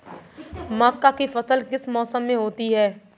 मक्का की फसल किस मौसम में होती है?